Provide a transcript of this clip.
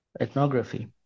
ethnography